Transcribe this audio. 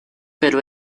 pero